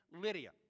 Lydia